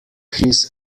his